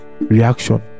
reaction